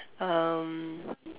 um